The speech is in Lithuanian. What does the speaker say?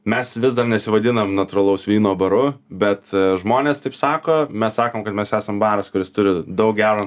mes vis dar nesivadinam natūralaus vyno baru bet žmonės taip sako mes sakom kad mes esam baras kuris turi daug gero